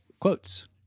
quotes